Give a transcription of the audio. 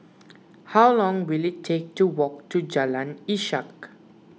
how long will it take to walk to Jalan Ishak